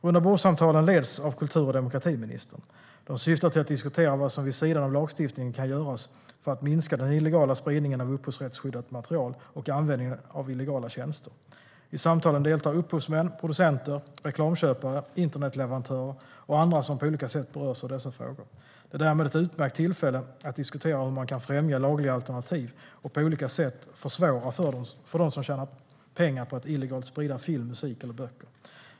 Rundabordssamtalen leds av kultur och demokratiministern. De syftar till att diskutera vad som vid sidan av lagstiftningen kan göras för att minska den illegala spridningen av upphovsrättsskyddat material och användningen av illegala tjänster. I samtalen deltar upphovsmän, producenter, reklamköpare, internetleverantörer och andra som på olika sätt berörs av dessa frågor. Det är därmed ett utmärkt tillfälle att diskutera hur man kan främja lagliga alternativ och på olika sätt försvåra för dem som tjänar pengar på att illegalt sprida film, musik eller böcker.